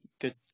good